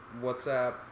WhatsApp